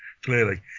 Clearly